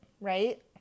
right